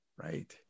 Right